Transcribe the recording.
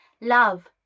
love